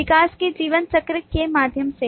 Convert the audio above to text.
विकास के जीवन चक्र के माध्यम से